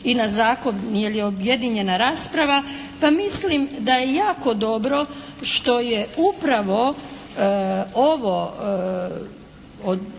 i na zakon jer je objedinjena rasprava, pa mislim da je jako dobro što je upravo ovo